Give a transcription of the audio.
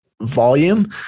volume